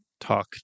talk